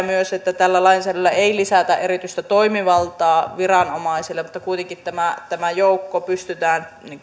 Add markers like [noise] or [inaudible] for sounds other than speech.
[unintelligible] myös että tällä lainsäädännöllä ei lisätä erityistä toimivaltaa viranomaisille mutta kuitenkin tämä tämä joukko pystytään